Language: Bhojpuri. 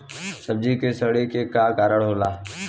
सब्जी में सड़े के का कारण होला?